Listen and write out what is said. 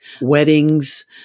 weddings